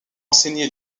enseigné